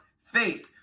faith